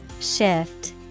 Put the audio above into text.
Shift